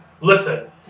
listen